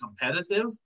competitive